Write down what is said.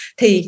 thì